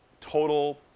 total